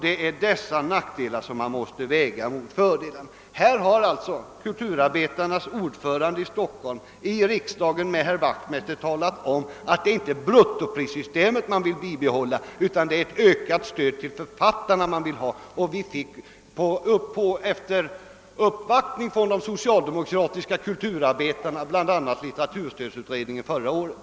Det är dessa nackdelar som man måste väga mot fördelarna.» Här har alltså kulturarbetarnas ordförande i Stockholm i diskussion med herr Wachtmeister i riksdagen talat om att det inte är bruttoprissystemet man vill bibehålla, utan att man vill ha ett ökat stöd åt författarna. Vi fick också efter uppvaktning från de socialdemokratiska kulturarbetarna bl a. litteraturstödutredningen förra året.